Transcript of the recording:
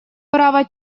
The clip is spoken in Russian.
право